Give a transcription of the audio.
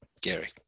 Gary